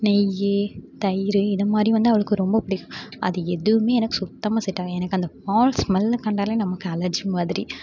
நெய் தயிர் இதை மாதிரி வந்து அவளுக்கு ரொம்ப பிடிக்கும் அது எதுவுமே எனக்கு சுத்தமாக செட் ஆகாது எனக்கு அந்த பால் ஸ்மெல் கண்டாலே நமக்கு அலர்ஜி மாதிரி